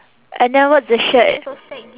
and then what's the shirt